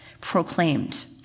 proclaimed